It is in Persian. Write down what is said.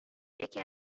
یکی